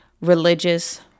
religious